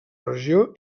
regió